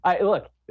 look